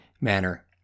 manner